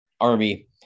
Army